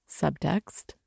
subtext